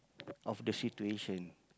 of the situation